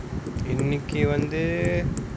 எனக்கு வந்து:enaku vanthu